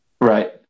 Right